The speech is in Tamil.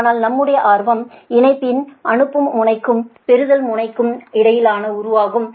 ஆனால் நம்முடைய ஆர்வம் இணைப்புயின் அனுப்பும் முனைக்கும் பெறுதல் முனைக்கும் இடையிலான உறவாகும்